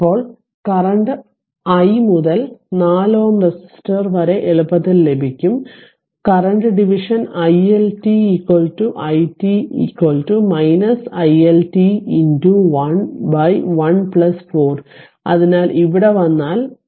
ഇപ്പോൾ current i മുതൽ 4 Ω resistor വരെ എളുപ്പത്തിൽ ലഭിക്കും current division i L t i t i L t 11 4 അതിനാൽ ഇവിടെ വന്നാൽ ഇവിടെ വരിക